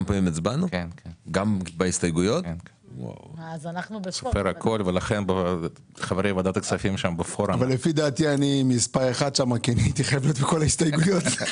החוק אושר פה אחד בוועדת כספים ויונח במליאה לקראת קריאה שנייה ושלישית.